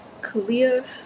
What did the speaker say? kalia